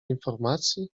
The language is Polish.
informacji